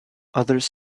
others